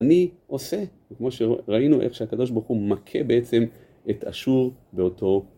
אני עושה, כמו שראינו איך שהקדוש ברוך הוא מכה בעצם את אשור באותו...